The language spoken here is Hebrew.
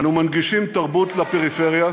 אנו מנגישים תרבות לפריפריה,